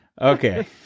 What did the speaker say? okay